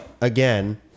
again